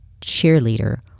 cheerleader